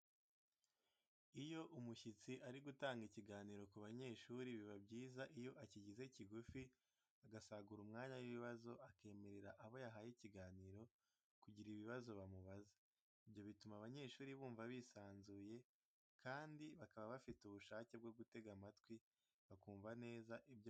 Iyo umushyitsi ari gutanga ikiganiro ku banyeshuri biba byiza iyo akigize kigufi agasagura umwanya w'ibibazo, akemerera abo yahaye ikiganiro kugira ibibazo bamubaza. Ibyo bituma abanyeshuri bumva bisanzuye kandi bakaba bafite ubushake bwo gutega amatwi bakumva neza ibyo bari kubwirwa.